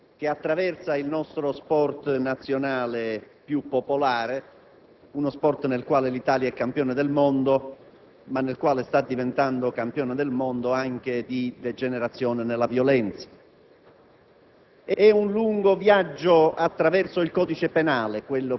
a fronteggiare l'inaudita violenza che attraversa il nostro sport nazionale più popolare, del quale l'Italia è campione del mondo, ma del quale sta diventando campione del mondo anche di degenerazione della violenza.